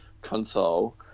console